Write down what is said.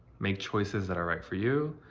make choices that are right for you.